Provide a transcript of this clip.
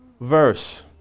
verse